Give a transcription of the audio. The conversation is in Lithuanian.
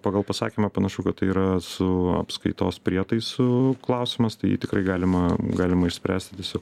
pagal pasakymą panašu kad tai yra su apskaitos prietaisu klausimas tai tikrai galima galima išspręsti tiesiog